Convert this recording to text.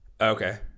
Okay